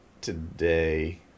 today